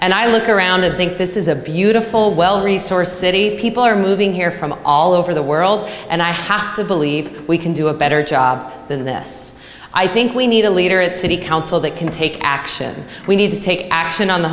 and i look around and think this is a beautiful well resourced city people are moving here from all over the world and i have to believe we can do a better job than yes i think we need a leader at city council that can take action we need to take action on the